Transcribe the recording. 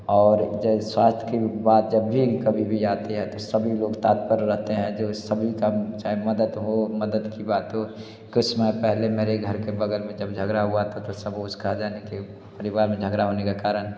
और जो स्वास्थ्य की बात जब भी कभी भी आती है तो सभी लोग तत्पर रहते हैं जो सभी का चाहे मदद हो मदद की बात हो कुछ समय पहले मेरे घर के बगल में जब झगड़ा हुआ तो सब उसका जाने कि परिवार में झगड़ा होने के कारण